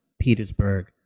Petersburg